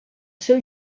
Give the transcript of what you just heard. seu